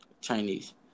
Chinese